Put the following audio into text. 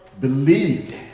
believed